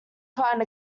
find